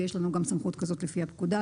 ויש לנו גם סמכות כזאת לפי הפקודה,